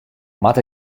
moat